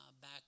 back